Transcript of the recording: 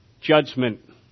judgment